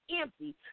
empty